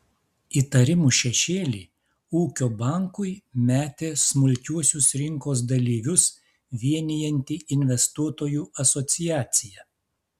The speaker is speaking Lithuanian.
įtarimų šešėlį ūkio bankui metė smulkiuosius rinkos dalyvius vienijanti investuotojų asociacija